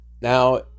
now